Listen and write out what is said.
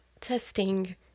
testing